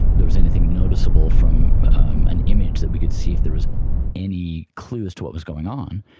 there was anything noticeable from an image, that we could see if there was any clue as to what was going on.